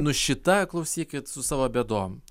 nu šita klausykit su savo bėdom